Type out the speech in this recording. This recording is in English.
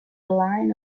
line